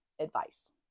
advice